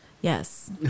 Yes